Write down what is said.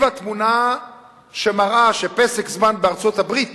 התמונה שמראה ש"פסק זמן" בארצות-הברית